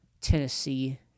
Tennessee